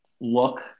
look